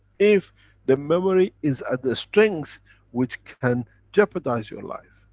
if the memory is at the strength which can jeopardize your life,